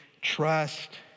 trust